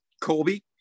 Colby